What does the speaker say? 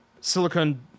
silicon